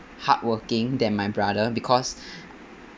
hardworking than my brother because